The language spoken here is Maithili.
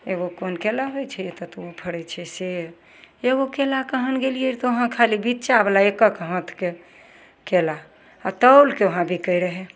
एगो कोन केला होइ छै एत एतगो फड़ै छै से एगो केला कहाँ ने गेलिए तऽ वहाँ खाली बिच्चावला एक एक हाथके केला आओर तौलिके वहाँ बिकै रहै